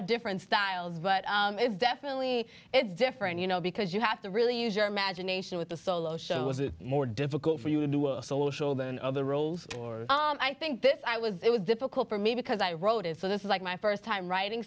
of different styles but it's definitely it's different you know because you have to really use your imagination with the solo show is it more difficult for you to do a solo show than all the roles or i think this i was it was difficult for me because i wrote it so this is like my first time writing